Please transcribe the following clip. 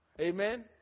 Amen